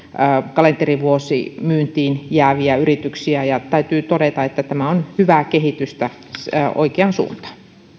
kalenterivuosimyyntiin jääviä yrityksiä täytyy todeta että tämä on hyvää kehitystä oikeaan suuntaan